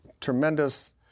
tremendous